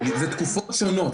אלה תקופות שונות.